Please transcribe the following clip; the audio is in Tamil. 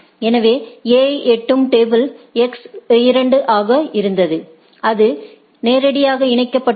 எனவேA ஐ எட்டும் டேபிள் எக்ஸ் 2 ஆக இருந்தது அது நேரடியாக இணைக்கப்பட்டுள்ளது